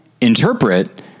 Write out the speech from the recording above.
interpret